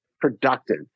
productive